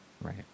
Right